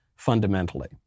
fundamentally